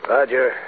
Roger